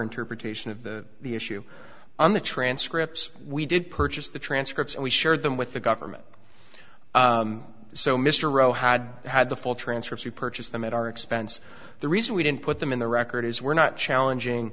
interpretation of the the issue on the transcript we did purchase the transcripts and we shared them with the government so mr rowe had had the full transcript you purchased them at our expense the reason we didn't put them in the record is we're not challenging